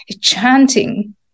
chanting